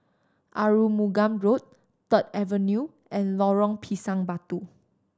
Arumugam Road Third Avenue and Lorong Pisang Batu